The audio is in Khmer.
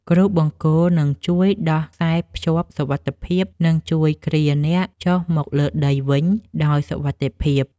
គ្រូបង្គោលនឹងជួយដោះខ្សែភ្ជាប់សុវត្ថិភាព និងជួយគ្រាហ៍អ្នកចុះមកលើដីវិញដោយសុវត្ថិភាព។